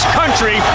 country